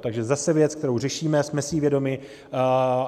Takže zase věc, kterou řešíme, jsme si jí vědomi,